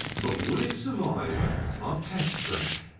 but would it survive our test track?